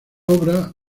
obra